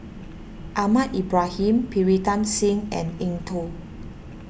Ahmad Ibrahim Pritam Singh and Eng Tow